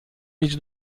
mieć